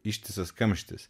ištisas kamštis